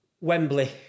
Wembley